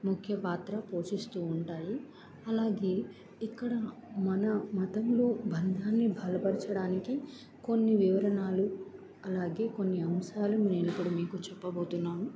ముఖ్య పాత్ర పోషిస్తూ ఉంటాయి అలాగే ఇక్కడ మన మతంలో బంధాన్ని బలపరచడానికి కొన్ని వివరణలు అలాగే కొన్ని అంశాలు నేను ఇప్పుడు మీకు చెప్పబోతున్నాను